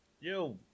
yo